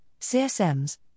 CSMs